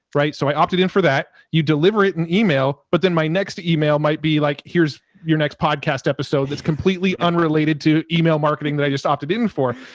right. so i opted in for that, you deliver it in email, but then my next email might be like, here's your next podcast episode? that's completely unrelated to email marketing that i just opted in for.